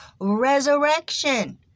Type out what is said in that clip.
resurrection